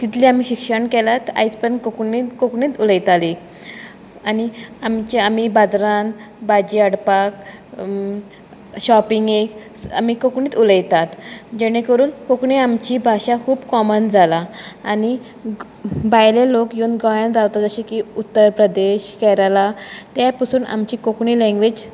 कितलें आमी शिक्षण केलां आयज पर्यंत आमी कोंकणी कोंकणीच उलयताली आनी आमचे आमी बाजरान भाजी हाडपाक शॉपिगेंक आमी कोंकणीच उलयता जेणे करून कोंकणी आमची भाशा खूब कॉमन जाला आनी भायले लोक येवन गोंयान रावता जशे की उत्तर प्रदेश केरला ते पसून आमची कोंकणी लँग्वेज